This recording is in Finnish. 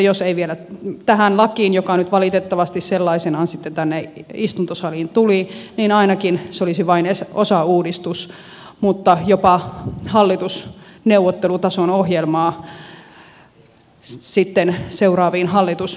jos ei ehkä vielä tähän lakiin joka nyt valitettavasti sellaisenaan sitten tänne istuntosaliin tuli niin ainakin se olisi vain osauudistus mutta jopa hallitusneuvottelutason ohjelmaa sitten seuraaviin hallitusneuvotteluihin